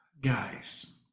Guys